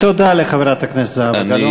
תודה לחברת הכנסת גלאון.